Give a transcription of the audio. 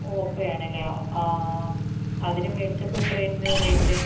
Oppo ആണല്ലേ ആ ആ അതിന് മേടിച്ചപ്പോൾ എത്ര ആയിരുന്നു റേറ്റ്